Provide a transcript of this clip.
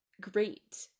great